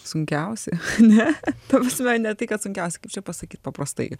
sunkiausi ne ta prasme ne tai kad sunkiausi kaip čia pasakyt paprastai